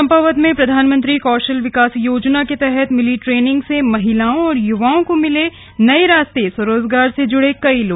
चंपावत में प्रधानमंत्री कौशल विकास योजना के तहत मिली ट्रेनिंग से महिलाओं और युवाओं के लिए खुले नये रास्तेस्वरोजगार से जुड़े कई लोग